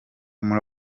muri